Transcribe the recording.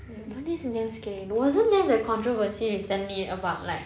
!wah! that's damn scary though wasn't there the controversy recently about like